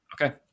Okay